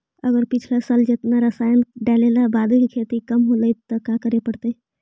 अगर पिछला साल जेतना रासायन डालेला बाद भी खेती कम होलइ तो का करे पड़तई?